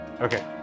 Okay